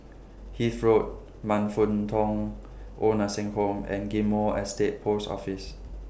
Hythe Road Man Fut Tong Old Nursing Home and Ghim Moh Estate Post Office